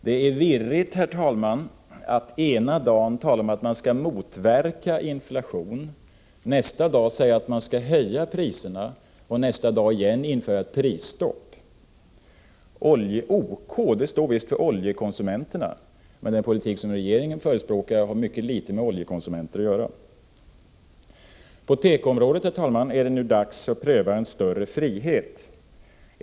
Det är virrigt, herr talman, att ena dagen tala om att man skall motverka inflation, nästa dag säga att man skall höja priserna och nästa igen införa ett prisstopp. OK står visst för Oljekonsumenterna, men den politik som regeringen förespråkar har mycket litet med oljekonsumenter att göra. På tekoområdet är det nu dags att pröva en större frihet.